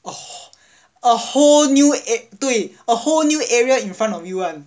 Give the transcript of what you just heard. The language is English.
a a whole a whole new area in front of you [one]